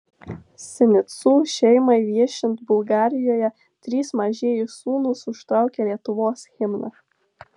sinicų šeimai viešint bulgarijoje trys mažieji sūnūs užtraukė lietuvos himną